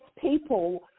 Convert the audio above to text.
people